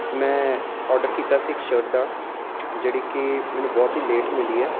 ਮੈਂ ਔਡਰ ਕੀਤਾ ਸੀ ਇੱਕ ਸ਼ਰਟ ਦਾ ਜਿਹੜੀ ਕਿ ਮੈਨੂੰ ਬਹੁਤ ਹੀ ਲੇਟ ਮਿਲੀ ਹੈ